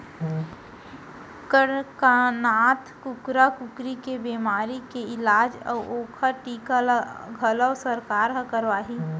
कड़कनाथ कुकरा कुकरी के बेमारी के इलाज अउ ओकर टीका ल घलौ सरकार हर करवाही